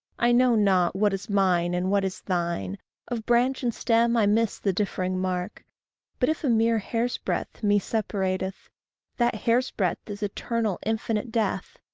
i know not what is mine and what is thine of branch and stem i miss the differing mark but if a mere hair's-breadth me separateth, that hair's-breadth is eternal, infinite death.